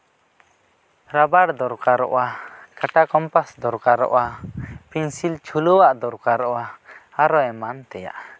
rubber ᱫᱚᱨᱠᱟᱨᱚᱜᱼᱟ ᱠᱟᱸᱴᱟ compass ᱫᱚᱨᱠᱟᱨᱚᱜᱼᱟ ᱯᱮᱱᱥᱤᱞ ᱪᱷᱩᱞᱟᱹᱣᱟᱜ ᱫᱚᱨᱠᱟᱨᱚᱜᱼᱟ ᱟᱨᱚ ᱮᱢᱟᱱ ᱛᱮᱭᱟᱜ